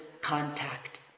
contact